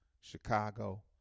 Chicago